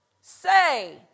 say